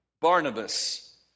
Barnabas